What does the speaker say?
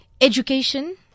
education